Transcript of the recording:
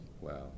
Wow